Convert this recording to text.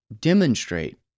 demonstrate